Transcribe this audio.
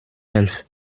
elf